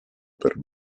per